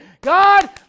God